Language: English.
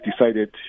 decided